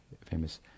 famous